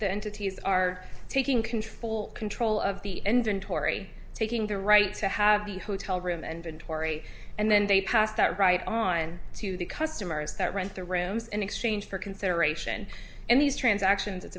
the entities are taking control control of the end and tory taking their right to have the hotel room and tory and then they pass that right on to the customers that rent their rooms in exchange for consideration in these transactions it's